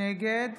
נגד